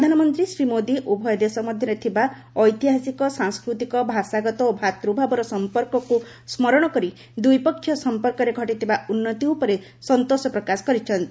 ପ୍ରଧାନମନ୍ତ୍ରୀ ଶ୍ରୀ ମୋଦି ଉଭୟ ଦେଶ ମଧ୍ୟରେ ଥିବା ଐତିହାସିକ ସାଂସ୍କୃତିକ ଭାଷାଗତ ଓ ଭ୍ରାତୃଭାବର ସମ୍ପର୍କକୁ ସ୍କରଣ କରି ଦୁଇପକ୍ଷୀୟ ସମ୍ପର୍କରେ ସଟିଥିବା ଉନ୍ନତି ଉପରେ ସନ୍ତୋଷ ପ୍ରକାଶ କରିଛନ୍ତି